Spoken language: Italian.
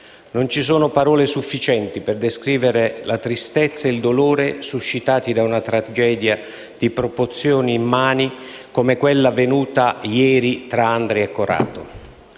non ci sono parole sufficienti per descrivere la tristezza e il dolore suscitati da una tragedia di proporzioni immani, come quella avvenuta ieri tra Andria e Corato.